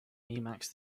emacs